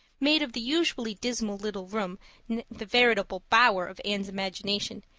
made of the usually dismal little room the veritable bower of anne's imagination,